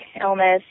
illness